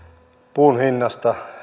puun hinnasta